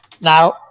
Now